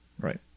Right